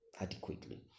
adequately